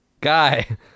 guy